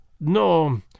No